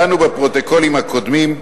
דנו בפרוטוקולים הקודמים.